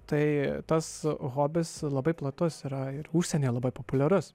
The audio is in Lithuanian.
tai tas hobis labai platus yra ir užsienyje labai populiarus